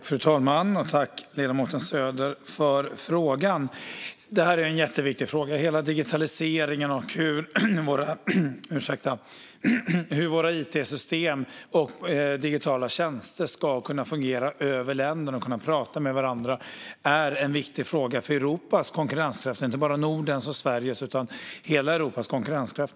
Fru talman! Tack, ledamoten Söder, för frågan! Detta är en jätteviktig fråga. Hela digitaliseringen och hur våra it-system och digitala tjänster ska kunna fungera i våra länder och prata med varandra är en viktig fråga inte bara för Nordens och Sveriges konkurrenskraft utan för hela Europas konkurrenskraft.